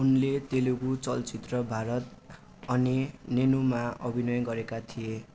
उनले तेलुगू चलचित्र भारत अनि नेनुमा अभिनय गरेका थिए